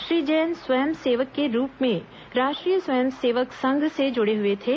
श्री जैन स्वयं सेवक के रूप में राष्ट्रीय स्वयं सेवक संघ से जुड़े हुए थे